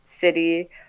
city